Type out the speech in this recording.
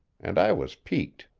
and i was piqued.